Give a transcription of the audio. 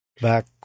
back